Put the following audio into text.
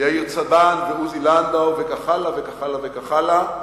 יאיר צבן ועוזי לנדאו וכך הלאה וכך הלאה וכך הלאה.